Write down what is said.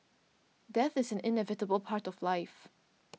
death is an inevitable part of life